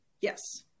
Yes